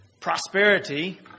prosperity